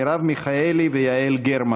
מרב מיכאלי ויעל גרמן,